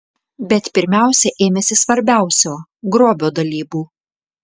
bet pirmiausia ėmėsi svarbiausio grobio dalybų